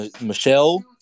Michelle